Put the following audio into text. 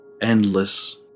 Endless